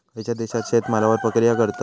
खयच्या देशात शेतमालावर प्रक्रिया करतत?